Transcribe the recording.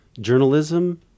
journalism